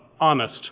honest